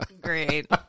Great